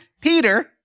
Peter